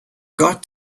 got